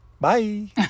Bye